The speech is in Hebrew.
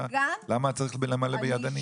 למה צריך למלא ידני?